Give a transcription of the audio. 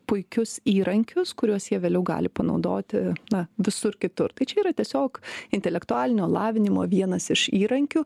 puikius įrankius kuriuos jie vėliau gali panaudoti na visur kitur tai čia yra tiesiog intelektualinio lavinimo vienas iš įrankių